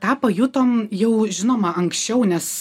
tą pajutom jau žinoma anksčiau nes